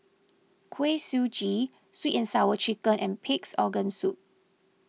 Kuih Suji Sweet and Sour Chicken and Pig's Organ Soup